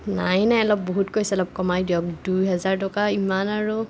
নাই নাই অলপ বহুত কৈছে অলপ কমাই দিয়ক দুহেজাৰ টকা ইমান আৰু